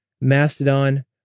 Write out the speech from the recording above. Mastodon